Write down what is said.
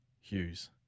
Hughes